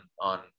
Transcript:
on